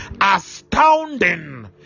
astounding